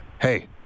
hey